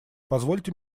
позвольте